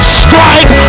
strike